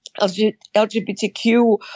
LGBTQ